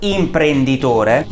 imprenditore